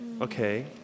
Okay